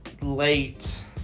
late